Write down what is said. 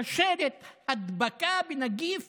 שרשרת הדבקה בנגיף